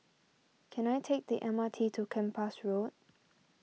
can I take the M R T to Kempas Road